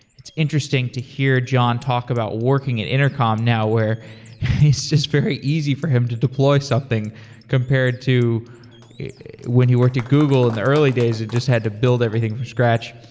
it's interesting to hear john talk about working at intercom now where it's just very easy for him to deploy something compared to when he worked at google in the early days. he'd just had to build everything from scratch.